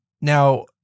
now